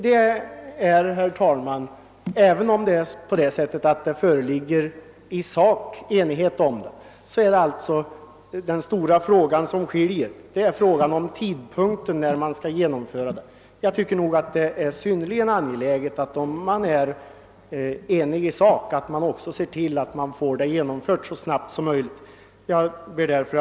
Jag upprepar att det i sak föreligger enighet och att meningsskiljaktigheterna endast gäller tidpunkten för genomförandet av ändringarna. För min del finner jag det synnerligen angeläget att man, när det råder enighet i sak, också ser till att åtgärder vidtages så snabbt som möjligt. Herr talman!